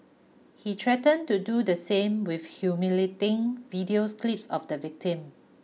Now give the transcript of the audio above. he threatened to do the same with humiliating videos clips of the victim